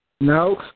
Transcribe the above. No